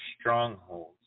strongholds